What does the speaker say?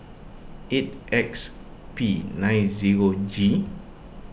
eight X P nine zero G